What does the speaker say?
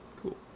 Cool